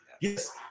yes